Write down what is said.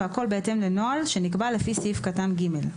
והכול בהתאם לנוהל שנקבע לפי סעיף קטן (ג):